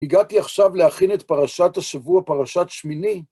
הגעתי עכשיו להכין את פרשת השבוע, פרשת שמיני.